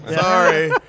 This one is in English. sorry